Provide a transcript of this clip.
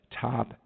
top